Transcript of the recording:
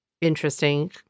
Interesting